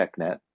TechNet